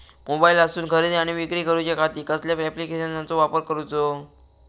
मोबाईलातसून खरेदी आणि विक्री करूच्या खाती कसल्या ॲप्लिकेशनाचो वापर करूचो?